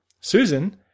Susan